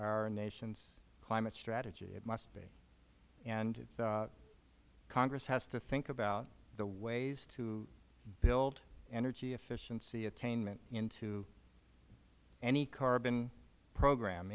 our nation's climate strategy it must be and the congress has to think about the ways to build energy efficiency attainment into any carbon program